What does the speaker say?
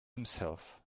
himself